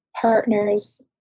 partners